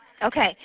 Okay